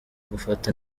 gufata